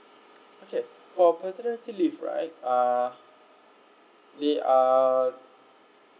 okay for paternity leave right uh they are